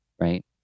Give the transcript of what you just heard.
Right